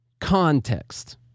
context